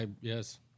yes